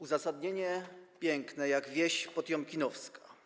Uzasadnienie piękne jak wieś potiomkinowska.